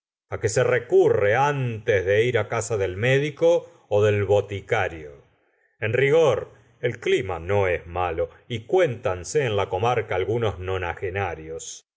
á que se recurre antes que ir casa del médico ó del boticario en rigor el clima no es malo y cuéntame en la comarca algunos nonagenarios el termómetro lo